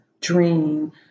dream